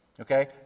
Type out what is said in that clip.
okay